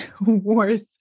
worth